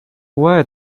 were